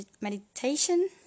meditation